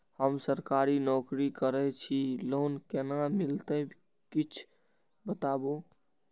हम सरकारी नौकरी करै छी लोन केना मिलते कीछ बताबु?